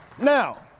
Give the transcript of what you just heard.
Now